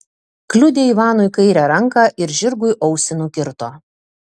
kliudė ivanui kairę ranką ir žirgui ausį nukirto